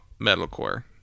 metalcore